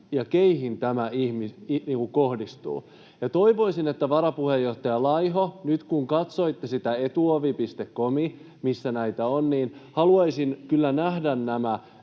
ja keihin tämä kohdistuu. Varapuheenjohtaja Laiho, nyt kun katsoitte sitä Etuovi.comia, missä näitä on, haluaisin kyllä nähdä nämä